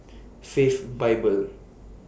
Faith Bible